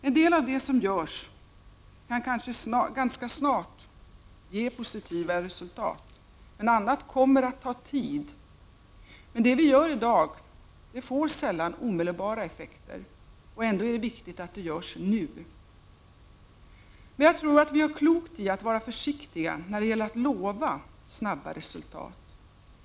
En del av det som görs kan ganska snart ge positiva resultat. Annat kommer att ta tid. Det vi gör i dag får sällan omedelbara effekter. Ändå är det viktigt att det görs nu. Men jag tror att vi gör klokt i att vara försiktiga när det gäller att lova snabba resultat.